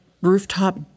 rooftop